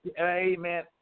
Amen